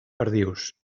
perdius